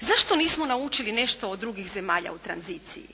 Zašto nismo naučili nešto od drugih zemalja u tranziciji.